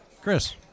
Chris